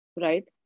right